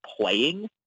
playing